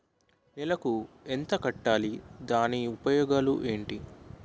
నెలకు ఎంత కట్టాలి? దాని ఉపయోగాలు ఏమిటి?